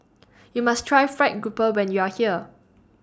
YOU must Try Fried Grouper when YOU Are here